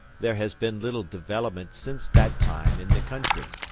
there has been little development since that time in the country.